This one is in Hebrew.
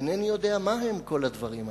אינני יודע מה הם כל הדברים הללו.